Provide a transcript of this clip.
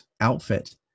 outfit